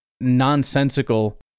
nonsensical